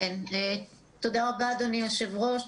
תודה רבה אדוני היושב-ראש,